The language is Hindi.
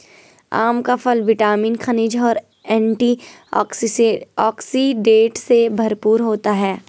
आम का फल विटामिन, खनिज और एंटीऑक्सीडेंट से भरपूर होता है